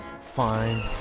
Fine